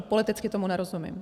Politicky tomu nerozumím.